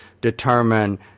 determine